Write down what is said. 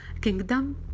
kingdom